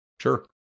Sure